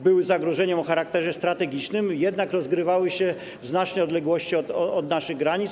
Były to zagrożenia o charakterze strategicznym, jednak rozgrywały się w znacznej odległości od naszych granic.